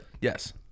Yes